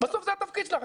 בסוף זה התקציב שלך.